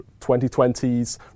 2020s